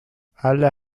alle